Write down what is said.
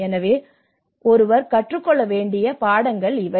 எனவே ஒருவர் கற்றுக்கொள்ள வேண்டிய பாடங்கள் இவை